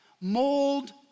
mold